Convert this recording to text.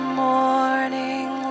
morning